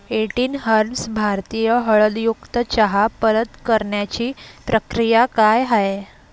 eighteen herbs भारतीय हळदयुक्त चहा परत करण्याची प्रक्रिया काय आहे